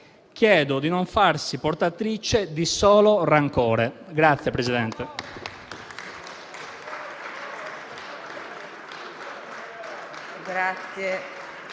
chiedo di non farsi portatrice di solo rancore.